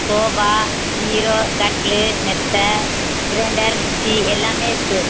sofa bureau கட்டிலு மெத்தை grinder mixie எல்லாமே இருக்குது